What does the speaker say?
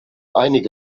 einige